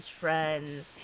friends